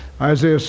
Isaiah